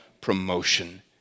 promotion